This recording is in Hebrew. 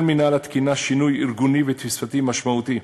מינהל התקינה עובר שינוי ארגוני ותפיסתי משמעותי,